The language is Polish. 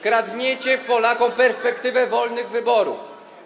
Kradniecie Polakom perspektywę wolnych wyborów.